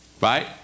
Right